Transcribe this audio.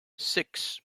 six